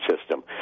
system